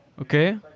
Okay